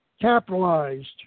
capitalized